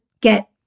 get